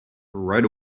right